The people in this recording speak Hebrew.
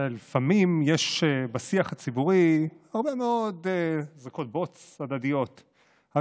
לפעמים יש בשיח הציבורי הרבה מאוד זריקות בוץ הדדיות אבל